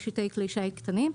משיטי כלי שיט קטנים.